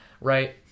right